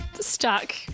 stuck